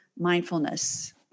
mindfulness